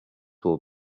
will